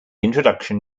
introduction